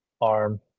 arm